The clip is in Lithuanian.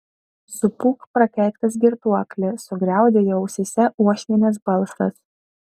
supūk prakeiktas girtuokli sugriaudėjo ausyse uošvienės balsas